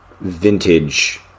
vintage